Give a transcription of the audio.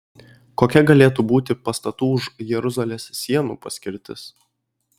kokia galėtų būti pastatų už jeruzalės sienų paskirtis